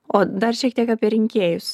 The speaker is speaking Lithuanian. o dar šiek tiek apie rinkėjus